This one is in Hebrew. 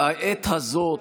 והעת הזאת,